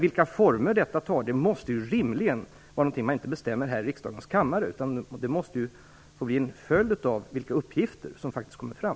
Vilka former detta sedan tar måste rimligen vara något som man inte bestämmer här i riksdagens kammare, utan det måste bli en följd av vilka uppgifter som faktiskt kommer fram.